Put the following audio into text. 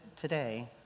today